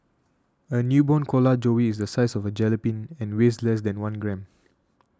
a newborn koala joey is the size of a jellybean and weighs less than one gram